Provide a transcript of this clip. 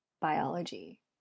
biology